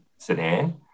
Sedan